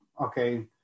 okay